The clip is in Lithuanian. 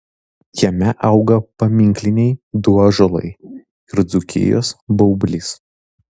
jame auga paminkliniai du ąžuolai ir dzūkijos baublys